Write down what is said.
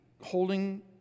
holding